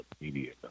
media